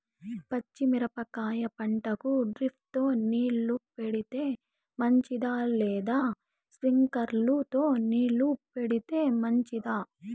పచ్చి మిరపకాయ పంటకు డ్రిప్ తో నీళ్లు పెడితే మంచిదా లేదా స్ప్రింక్లర్లు తో నీళ్లు పెడితే మంచిదా?